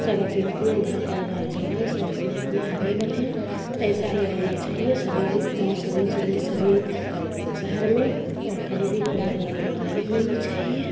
सब अपना अपना घर परिवार चलाएँ सब अपने अपने आगे बढ़ें ऐसा ही होना चाहिए सभी गाँव सभी ज़िले सभी शहर में और कहीं भी कोई रोकटोक नहीं होनी चाहिए